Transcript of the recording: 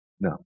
No